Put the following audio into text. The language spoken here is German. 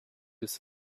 des